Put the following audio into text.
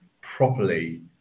properly